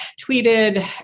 tweeted